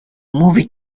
movie